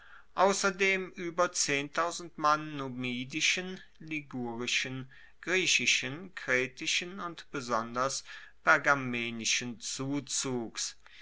ausserdem ueber mann numidischen ligurischen griechischen kretischen und besonders pergamenischen zuzugs